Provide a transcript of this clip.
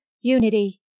Unity